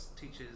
teaches